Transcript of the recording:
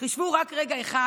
חשבו רק רגע אחד,